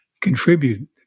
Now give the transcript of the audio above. contribute